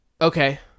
Okay